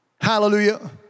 Hallelujah